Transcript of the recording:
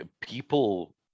people